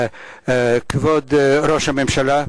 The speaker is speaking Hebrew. פורושנקו: (נושא דברים בשפה האוקראינית,